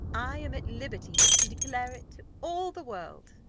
i am at liberty to declare it to all the world.